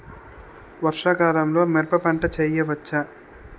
వర్షాకాలంలో మిరప పంట వేయవచ్చా?